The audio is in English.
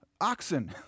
oxen